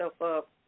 up